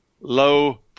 low